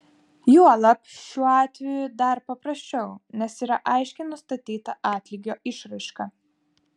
juolab šiuo atveju dar paprasčiau nes yra aiškiai nustatyta atlygio išraiška